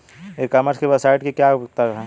ई commerce की website की क्या उपयोगिता है?